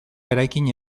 eraikin